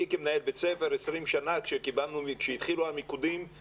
אני כמנהל בית ספר 20 שנה יכול להגיד שמי